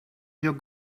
your